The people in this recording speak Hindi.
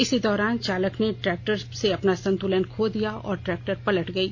इसी दौरान चालक ने ट्रैक्टर से अपना संतुलन खो दिया और ट्रैक्टर पलट गयी